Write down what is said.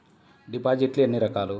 డిపాజిట్లు ఎన్ని రకాలు?